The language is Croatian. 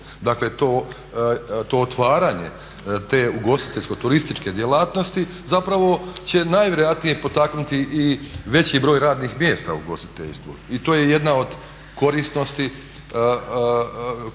Dakle to otvaranje te ugostiteljsko turističke djelatnosti zapravo će najvjerojatnije potaknuti i veći broj radnih mjesta u ugostiteljstvu i to je jedna od korisnosti kako kažu cost